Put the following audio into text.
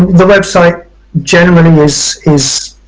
the website generally is is